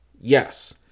Yes